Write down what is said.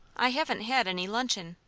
i haven't had any luncheon,